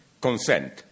consent